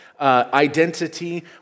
identity